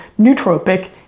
nootropic